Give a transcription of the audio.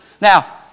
Now